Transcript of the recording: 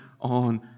on